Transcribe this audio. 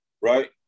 right